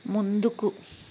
ముందుకు